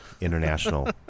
international